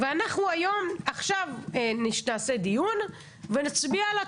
אנחנו היום, עכשיו נעשה דיון, ונצביע על הטרומיות.